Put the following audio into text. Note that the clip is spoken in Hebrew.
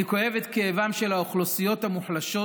אני כואב את כאבן של האוכלוסיות המוחלשות,